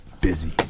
busy